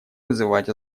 вызвать